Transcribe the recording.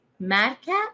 Madcap